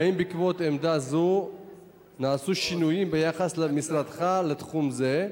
1. האם בעקבות עמדה זו חלו שינויים ביחס משרדך לתחום זה?